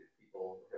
people